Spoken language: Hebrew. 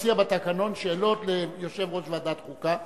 תציע בתקנון שאלות ליושב-ראש ועדת חוקה.